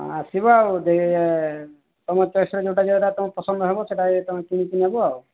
ହଁ ଆସିବ ଆଉ ଯେ ତୁମ ଚଏସ୍ରେ ଯୋଉଟା ଯୋଉଟା ତୁମେ ପସନ୍ଦ ହେବ ସେଇଟା ତୁମେ କିଣିକି ନେବ ଆଉ